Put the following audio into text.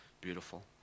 beautiful